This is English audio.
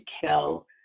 kill